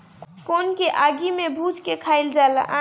कोन के आगि में भुज के खाइल जाला